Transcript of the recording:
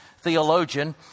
theologian